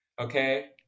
okay